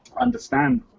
understand